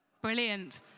Brilliant